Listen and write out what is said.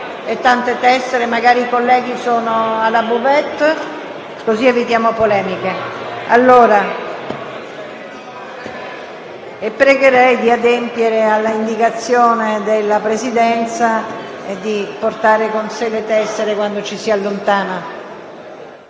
e tante tessere. Magari i colleghi sono alla *buvette*. In questo modo evitiamo polemiche. Prego inoltre di adempiere all'indicazione della Presidenza di portare con sé le tessere quando ci si allontana